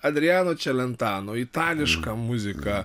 adriano čelentano itališką muziką